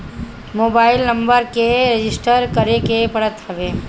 mobile number के register करे के पड़त हवे